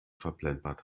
verplempert